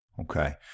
Okay